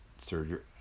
surgery